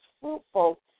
fruitful